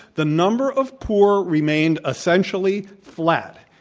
the number of poor remained essentially flat.